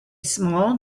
small